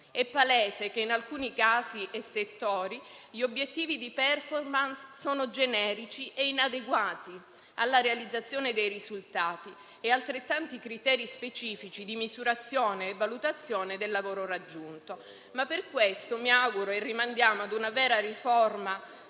È palese che in alcuni casi e settori gli obiettivi di *performance* sono generici e inadeguati alla realizzazione dei risultati e altrettanto lo sono i criteri specifici di misurazione e valutazione del lavoro raggiunto. Per questo - mi auguro - rimandiamo a una vera riforma